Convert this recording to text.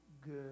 good